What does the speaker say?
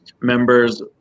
members